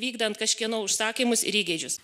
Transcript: vykdant kažkieno užsakymus ir įgeidžius